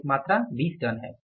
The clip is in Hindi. वास्तविक मात्रा 20 टन है